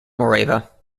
morava